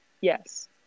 Yes